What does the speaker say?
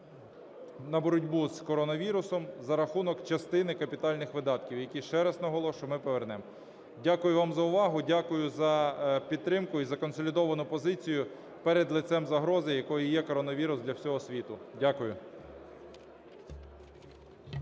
на боротьбу з коронавірусом за рахунок частини капітальних видатків, які, ще раз наголошую, ми повернемо. Дякую вам за увагу. Дякую за підтримку і за консолідовану позицію перед лицем загрози, якою є коронавірус для всього світу. Дякую.